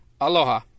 aloha